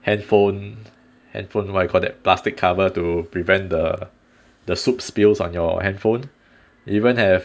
handphone handphone what you call that plastic cover to prevent the the soup spills on your handphone even have